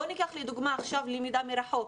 בואו ניקח לדוגמא עכשיו למידה מרחוק.